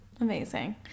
amazing